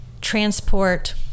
transport